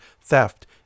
theft